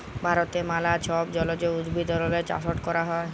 ভারতে ম্যালা ছব জলজ উদ্ভিদেরলে চাষট ক্যরা হ্যয়